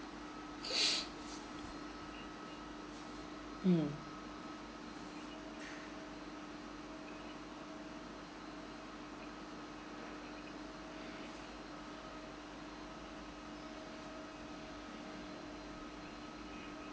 mm